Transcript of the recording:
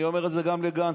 אני אומר את זה גם לגנץ,